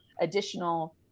additional